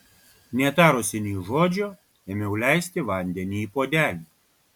netarusi nė žodžio ėmiau leisti vandenį į puodelį